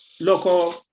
local